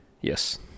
Yes